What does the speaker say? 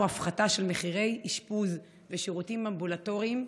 הפחתה של מחירי אשפוז ושירותים אמבולטוריים),